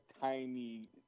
tiny